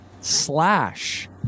slash